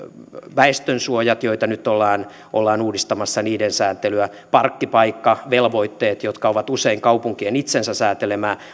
väestönsuojat joiden sääntelyä nyt ollaan ollaan uudistamassa parkkipaikkavelvoitteet jotka ovat usein kaupunkien itsensä säätelemää